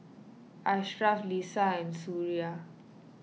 Ashraf Lisa and Suria